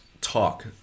talk